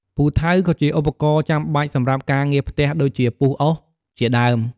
ពូថៅក៏ជាឧបករណ៍ចាំបាច់សម្រាប់ការងារផ្ទះដូចជាពុះអុស ជាដើម។